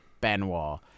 Benoit